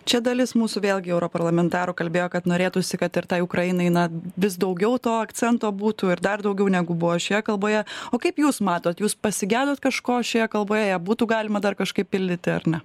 čia dalis mūsų vėlgi europarlamentarų kalbėjo kad norėtųsi kad ir tai ukrainai na vis daugiau to akcento būtų ir dar daugiau negu buvo šioje kalboje o kaip jūs matot jūs pasigedot kažko šioje kalboje ją būtų galima dar kažkaip pildyti ar ne